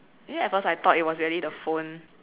you know at first I thought it was really the phone